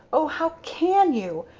oh how can you!